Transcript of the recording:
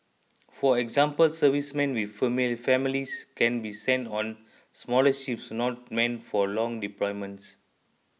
for example servicemen with families can be sent on smaller ships not meant for long deployments